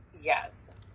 Yes